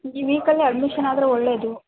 ಈ ವೀಕಲ್ಲೇ ಅಡ್ಮಿಷನ್ ಆದರೆ ಒಳ್ಳೆಯದು